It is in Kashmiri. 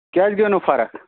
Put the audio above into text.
کیٛازِ گٔیو نہٕ فرق